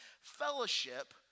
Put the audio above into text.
fellowship